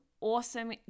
awesome